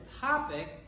topic